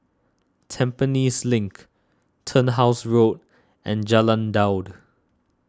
Tampines Link Turnhouse Road and Jalan Daud